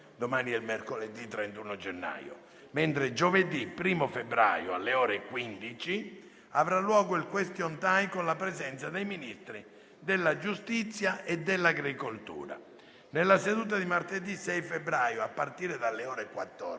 domani, mercoledì 31 gennaio. Giovedì 1° febbraio, alle ore 15, avrà luogo il *question time* con la presenza dei Ministri della giustizia e dell'agricoltura. Nella seduta di martedì 6 febbraio, a partire dalle ore 14,